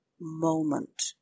moment